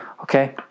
Okay